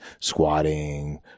squatting